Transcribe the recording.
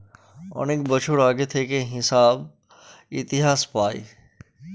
অনেক বছর আগে থেকে হিসাব ইতিহাস পায়